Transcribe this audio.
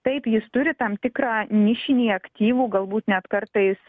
taip jis turi tam tikrą nišinį aktyvų galbūt net kartais